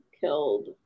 killed